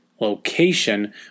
location